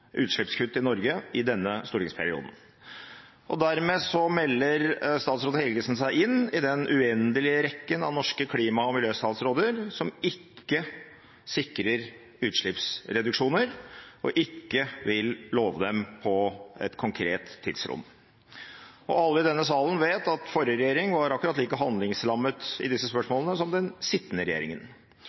utslippskutt i Norge i denne stortingsperioden. Dermed melder statsråd Helgesen seg inn i den uendelige rekken av norske klima- og miljøstatsråder som ikke sikrer utslippsreduksjoner, og ikke vil love dem på et konkret tidsrom. Alle i denne salen vet at forrige regjering var akkurat like handlingslammet i disse spørsmålene som den sittende regjeringen.